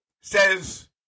says